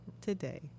today